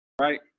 right